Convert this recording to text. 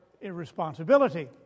irresponsibility